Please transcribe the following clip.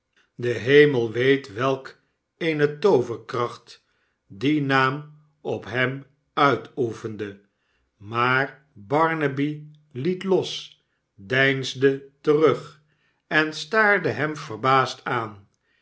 de hemel weet welk eene tooverkracht die naam op hem uitoefende maar barnaby liet los deinsde terug en staarde hem verbaasd aan